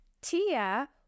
Tia